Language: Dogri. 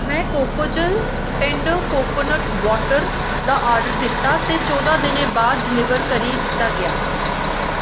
में कोकोजल टैंडर कोकोनट वाटर दा आर्डर दित्ता ते चौह्दां दिनें बाद डलीवर करी दित्ता गेआ